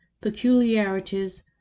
peculiarities